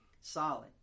solid